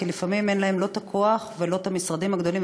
כי לפעמים אין להם לא את הכוח ולא את המשרדים הגדולים,